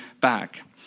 back